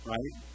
Right